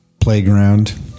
playground